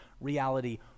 reality